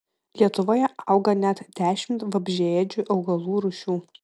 lietuvoje auga net dešimt vabzdžiaėdžių augalų rūšių